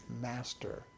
master